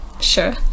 Sure